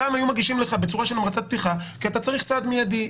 פעם היו מגישים לך בצורה של המרצת פתיחה כי אתה צריך סעד מידי,